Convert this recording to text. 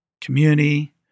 community